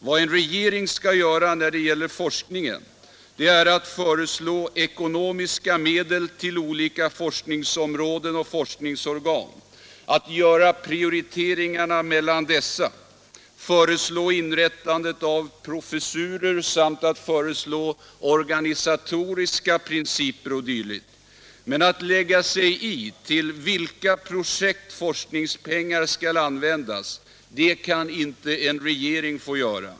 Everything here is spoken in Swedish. Vad en regering Forskningsrådsskall göra när det gäller forskning är att föreslå ekonomiska medel till nämnden, m.m. olika forskningsområden och forskningsorgan och att göra prioriteringar mellan dessa, föreslå inrättandet av professurer samt föreslå organisatoriska principer o. d., men att lägga sig i vilka projekt forskningspengar skall användas till, det kan inte en regering få göra.